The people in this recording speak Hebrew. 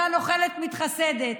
אילת, אותה נוכלת מתחסדת.